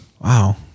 Wow